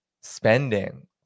spending